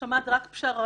אני שומעת רק פשרות,